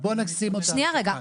בוא נשים אותה רגע --- שנייה רגע,